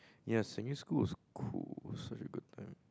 ya secondary school is cool such a good time